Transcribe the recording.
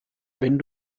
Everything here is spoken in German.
wenn